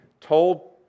told